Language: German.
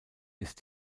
ist